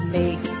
Make